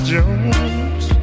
Jones